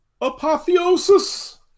Apotheosis